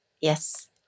Yes